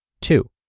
Two